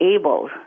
able